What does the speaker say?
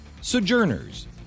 Sojourners